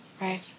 right